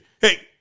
Hey